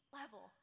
level